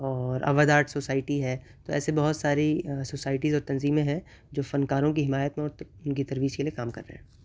اور Awadh art society ہے تو ایسے بہت ساری سوسائٹیز اور تنظیمیں ہیں جو فنکاروں کی حمایت میں اور ان کی ترویج کے لیے کام کر رہے ہیں